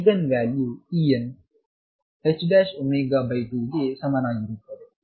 eigen value En ℏω2ಗೆ ಸಮನಾಗಿರುತ್ತದೆ